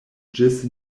ĝis